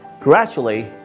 Gradually